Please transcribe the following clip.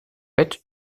bett